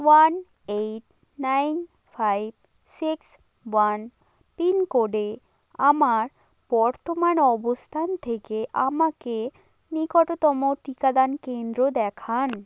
one eight nine five six one pin কোডে আমার বর্তমান অবস্থান থেকে আমাকে নিকটতম টিকাদান কেন্দ্র দেখান